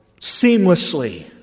seamlessly